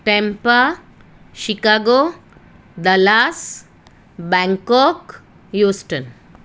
Tampa Chicago Dallas Bangkok Houston